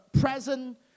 present